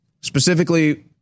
specifically